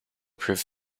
proof